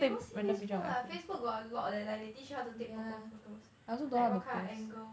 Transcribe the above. you go see Facebook ah Facebook got a lot leh like they teach you how to take proper photos like what kind of angles